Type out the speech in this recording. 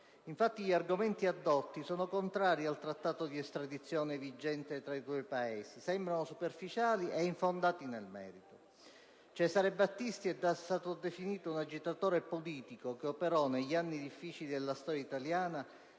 Infatti, gli argomenti addotti sono contrari al trattato di estradizione vigente tra i due Paesi, sembrano superficiali e infondati nel merito. Cesare Battisti è stato definito «agitatore politico che operò negli anni diffìcili della storia italiana,